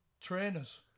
trainers